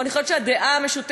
אבל אני חושבת שהדעה המשותפת,